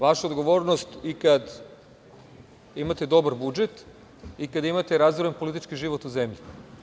Vaša odgovornost i kad imate dobar budžet i kada imate razoran politički život u zemlji.